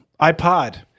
iPod